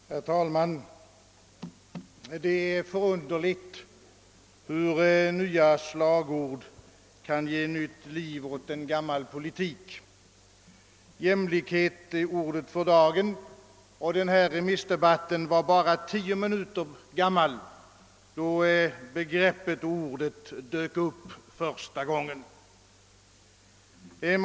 Herr talman! Det är förunderligt hur nya slagord kan ge nytt liv åt en gammal politik. Jämlikhet är ordet för dagen, och denna remissdebatt var bara tio minuter gammal då begreppet och ordet första gången dök upp.